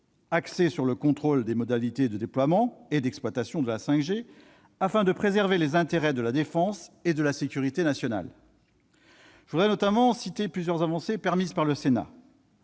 axé sur le contrôle des modalités de déploiement et d'exploitation de la 5G, afin de préserver les intérêts de la défense et de la sécurité nationale. Je veux citer plusieurs avancées permises par le Sénat